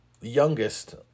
youngest